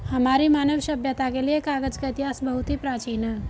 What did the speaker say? हमारी मानव सभ्यता के लिए कागज का इतिहास बहुत ही प्राचीन है